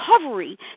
recovery